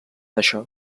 això